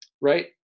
Right